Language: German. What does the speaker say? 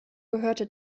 gehörte